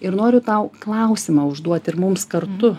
ir noriu tau klausimą užduoti ir mums kartu